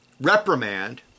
reprimand